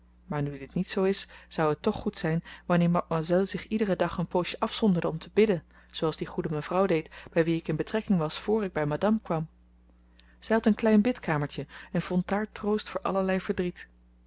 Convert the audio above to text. maar nu dit niet zoo is zou het toch goed zijn wanneer mademoiselle zich iederen dag een poosje afzonderde om te bidden zooals die goede mevrouw deed bij wie ik in betrekking was voor ik bij madame kwam zij had een klein bidkamertje en vond daar troost voor allerlei verdriet